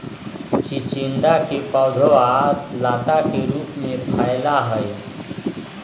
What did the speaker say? चिचिंडा के पौधवा लता के रूप में फैला हई